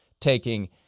taking